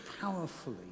powerfully